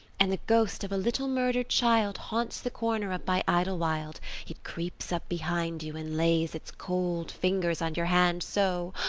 and the ghost of a little murdered child haunts the corner up by idlewild it creeps up behind you and lays its cold fingers on your hand so.